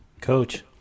Coach